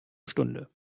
stunde